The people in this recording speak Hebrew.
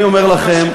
אני אומר לכם,